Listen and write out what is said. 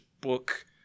book